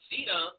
Cena